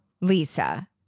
Lisa